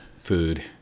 food